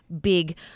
big